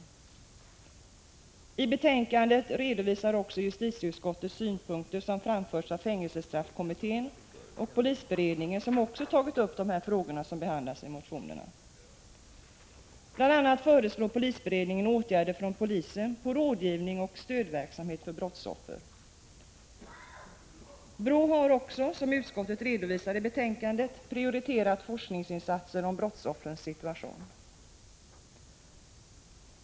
Vidare redovisar justitieutskottet i betänkandet synpunkter som framförts av fängelsestraffkommittén och polisberedningen, som också tagit upp de frågor som behandlas i motionerna. Bl. a. föreslår polisberedningen åtgärder från polisen i form av rådgivning och stödverksamhet för brottsoffer. BRÅ har dessutom, som utskottet redovisat i betänkandet, prioriterat forskningsinsatser avseende brottsoffrens situation.